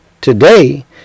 today